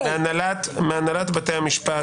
מהנהלת בתי המשפט,